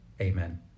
Amen